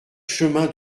chemin